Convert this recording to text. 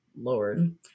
Lord